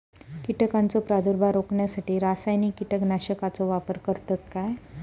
कीटकांचो प्रादुर्भाव रोखण्यासाठी रासायनिक कीटकनाशकाचो वापर करतत काय?